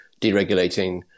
deregulating